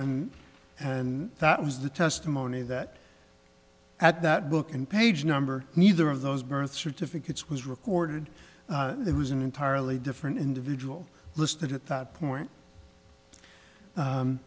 and and that was the testimony that at that book and page number neither of those birth certificates was recorded there was an entirely different individual listed at that point